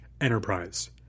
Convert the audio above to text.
enterprise